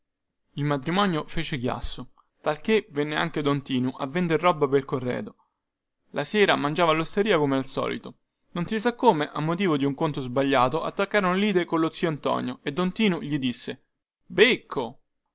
il matrimonio fece chiasso talchè venne anche don tinu a vender roba pel corredo la sera mangiava allosteria come al solito non si sa come a motivo di un conto sbagliato attaccarono lite collo zio antonio e don tinu gli disse becco